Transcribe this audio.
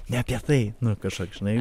ne apie tai nu kažkoks žinai